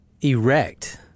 erect